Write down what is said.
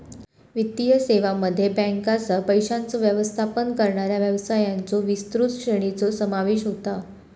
वित्तीय सेवांमध्ये बँकांसह, पैशांचो व्यवस्थापन करणाऱ्या व्यवसायांच्यो विस्तृत श्रेणीचो समावेश होता